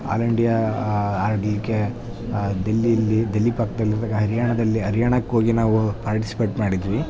all India R D K ದಿಲ್ಲಿಲಿ ದಿಲ್ಲಿ ಪಕ್ಕದಲ್ಲಿ ಇರತಕ್ಕ ಹರಿಯಾಣದಲ್ಲಿ ಹರಿಯಾಣಕ್ಕೆ ಹೋಗಿ ನಾವು ಪಾರ್ಟಿಸಿಪೇಟ್ ಮಾಡಿದ್ವಿ